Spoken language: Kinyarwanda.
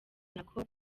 nako